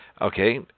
Okay